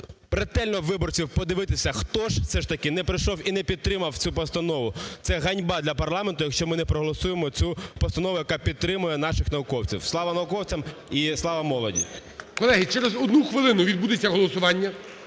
ретельно виборців подивитись, хто ж все ж таки не прийшов і не підтримав цю постанову. Це ганьба для парламенту, якщо ми не проголосуємо цю постанову, яка підтримає наших науковців. Слава науковцям і слава молоді! ГОЛОВУЮЧИЙ. Колеги, через одну хвилину відбудеться голосування.